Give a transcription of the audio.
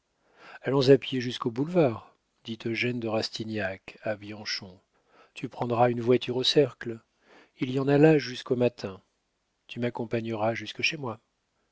allons à pied jusqu'au boulevard dit eugène de rastignac à bianchon tu prendras une voiture au cercle il y en a là jusqu'au matin tu m'accompagneras jusque chez moi